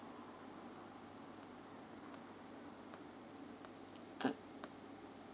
uh